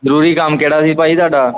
ਜ਼ਰੂਰੀ ਕੰਮ ਕਿਹੜਾ ਸੀ ਭਾਅ ਜੀ ਤੁਹਾਡਾ